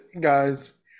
guys